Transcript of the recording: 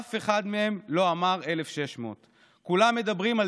אף אחד מהם לא אמר 1,600. כולם מדברים על